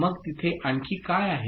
मग तिथे आणखी काय आहे